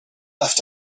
left